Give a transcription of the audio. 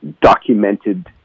documented